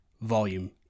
volume